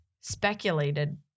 speculated